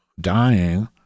dying